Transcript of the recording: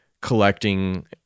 collecting